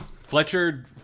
Fletcher